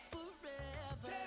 Forever